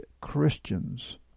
Christians